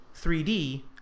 3D